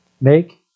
Make